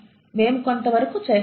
మేము కొంతవరకు చేస్తాము